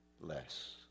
less